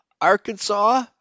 Arkansas